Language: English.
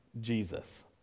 Jesus